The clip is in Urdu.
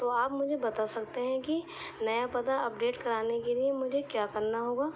تو آپ مجھے بتا سکتے ہیں کہ نیا پتہ اپڈیٹ کرانے کے لیے مجھے کیا کرنا ہوگا